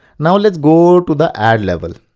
now let's go to the ad level.